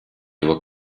его